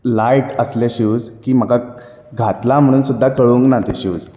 light आसलें shoes की म्हाका घातलां म्हणून सुद्दां कळूंक ना ते शूज